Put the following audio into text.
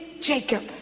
Jacob